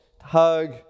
hug